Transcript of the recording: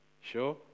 Sure